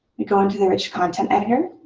we go into the rich content editor.